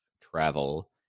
travel